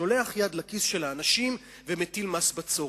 שולח יד לכיס של האנשים ומטיל מס בצורת.